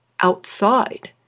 outside